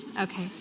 Okay